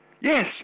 Yes